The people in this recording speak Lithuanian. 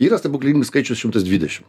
yra stebuklingas skaičius šimtas dvidešim